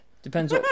Depends